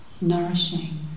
nourishing